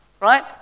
Right